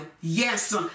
Yes